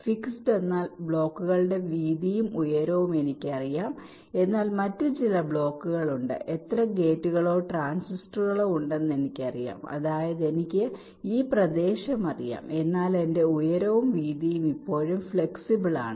fixed എന്നാൽ ബ്ലോക്കുകളുടെ വീതിയും ഉയരവും എനിക്കറിയാം എന്നാൽ മറ്റ് ചില ബ്ലോക്കുകൾ ഉണ്ട് എത്ര ഗേറ്റുകളോ ട്രാൻസിസ്റ്ററുകളോ ഉണ്ടെന്ന് എനിക്കറിയാം അതായത് എനിക്ക് ഈ പ്രദേശം അറിയാം എന്നാൽ എന്റെ ഉയരവും വീതിയും ഇപ്പോഴും ഫ്ലെക്സിബിളാണ്